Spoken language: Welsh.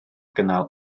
gynnal